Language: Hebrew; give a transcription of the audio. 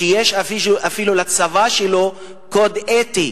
שיש אפילו לצבא שלו קוד אתי,